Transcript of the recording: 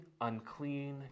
unclean